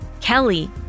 Kelly